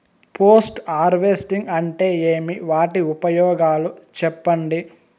Post harvesting అంటే ఏమి? వాటి ఉపయోగాలు చెప్పండి?